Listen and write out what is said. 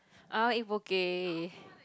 i want eat Poke